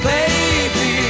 Baby